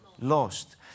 lost